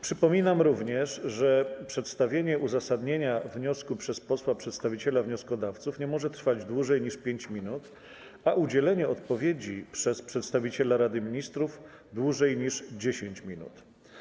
Przypominam również, że przedstawienie uzasadnienia wniosku przez posła przedstawiciela wnioskodawców nie może trwać dłużej niż 5 minut, a udzielenie odpowiedzi przez przedstawiciela Rady Ministrów - dłużej niż 10 minut.